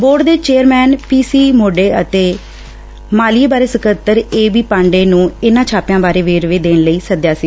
board ਦੇ chairman P C ਸੋਡੇ ਅਤੇ ਮਾਲੀਏ ਬਾਰੇ ਸਕੱਤਰ ਏ ਬੀ ਪਾਂਡੇ ਨੂੰ ਇਨ੍ਹਾਂ ਛਾਪਿਆਂ ਬਾਰੇ ਵੇਰਵੇ ਦੇਣ ਲਈ ਸੱਦਿਆ ਸੀ